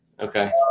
Okay